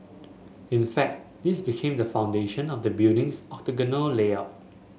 in fact this became the foundation of the building's octagonal layout